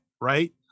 right